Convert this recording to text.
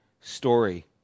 story